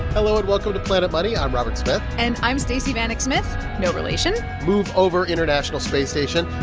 hello, and welcome to planet money. i'm robert smith and i'm stacey vanek smith no relation move over, international space station.